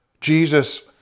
Jesus